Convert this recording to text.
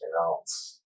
else